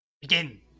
Begin